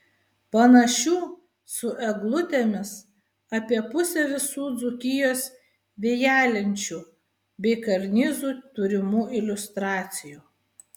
panašių su eglutėmis apie pusė visų dzūkijos vėjalenčių bei karnizų turimų iliustracijų